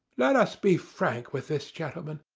let us be frank with this gentleman.